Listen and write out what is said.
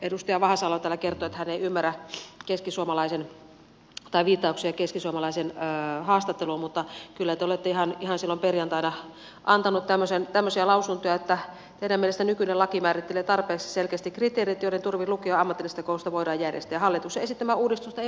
edustaja vahasalo täällä kertoi että hän ei ymmärrä viittauksia keskisuomalaisen haastatteluun mutta kyllä te olette ihan silloin perjantaina antanut tämmöisiä lausuntoja että teidän mielestänne nykyinen laki määrittelee tarpeeksi selkeästi kriteerit joiden turvin lukio ja ammatillista koulutusta voidaan järjestää ja hallituksen esittämää uudistusta ei välttämättä tarvita